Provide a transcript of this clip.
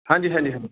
ਹਾਂਜੀ ਹਾਂਜੀ ਹਾਂਜੀ